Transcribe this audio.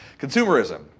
Consumerism